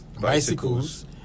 bicycles